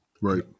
Right